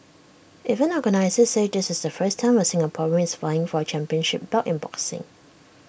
event organisers said this is the first time A Singaporean is vying for A championship belt in boxing